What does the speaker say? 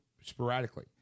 sporadically